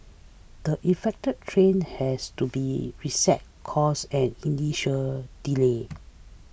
the affect train has to be reset cause an initial delay